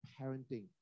parenting